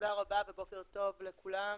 תודה רבה ובוקר טוב לכולם.